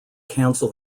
cancel